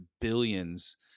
billions